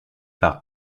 par